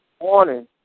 morning